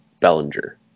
Bellinger